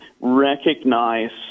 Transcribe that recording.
recognize